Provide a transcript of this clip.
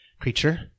creature